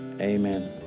amen